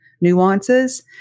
nuances